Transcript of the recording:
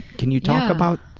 can you talk about.